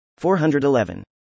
411